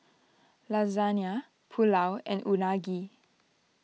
Lasagne Pulao and Unagi